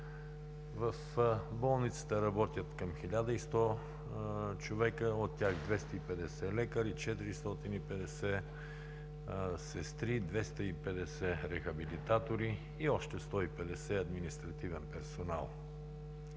В болницата работят към 1100 човека, от тях – 250 лекари, 450 сестри, 250 рехабилитатори и още 150 административен персонал.